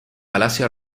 palacio